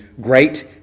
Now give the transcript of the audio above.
great